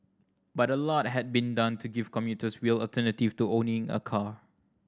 but a lot had been done to give commuters real alternatives to owning a car